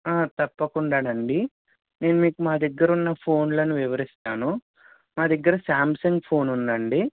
ఆ తప్పకుండా అండీ నేను మీకు మా దగ్గర ఉన్న ఫోన్లను వివరిస్తాను మా దగ్గర సామ్సాంగ్ ఫోన్ ఉందండి